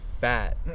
fat